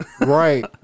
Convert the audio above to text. right